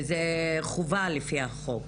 וזה חובה לפי החוק.